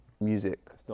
music